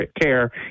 care